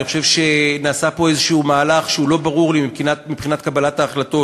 אני חושב שנעשה פה איזשהו מהלך שהוא לא ברור לי מבחינת קבלת ההחלטות,